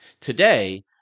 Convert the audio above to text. Today